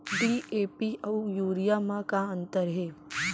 DAP अऊ urea म का अंतर हे?